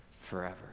forever